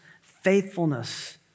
faithfulness